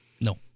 No